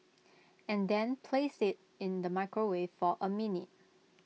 and then place IT in the microwave for A minute